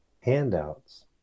handouts